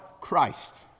Christ